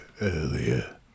earlier